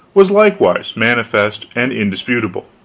was likewise manifest and indisputable